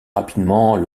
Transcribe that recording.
rapidement